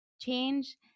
change